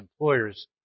employer's